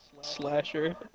slasher